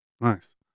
Nice